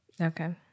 Okay